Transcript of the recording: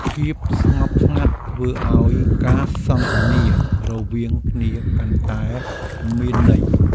ភាពស្ងប់ស្ងាត់ធ្វើឱ្យការសន្ទនារវាងគ្នាកាន់តែមានន័យ។